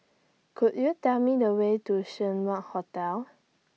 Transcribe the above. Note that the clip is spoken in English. Could YOU Tell Me The Way to Seng Wah Hotel